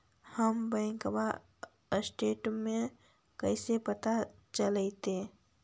हमर bank statement कैसे पता चलतै?